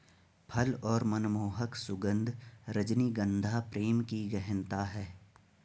फल और मनमोहक सुगन्ध, रजनीगंधा प्रेम की गहनता है